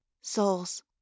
souls